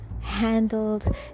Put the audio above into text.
handled